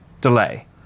delay